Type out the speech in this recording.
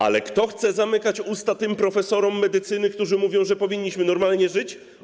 Ale kto chce zamykać usta tym profesorom medycyny, którzy mówią, że powinniśmy normalnie żyć?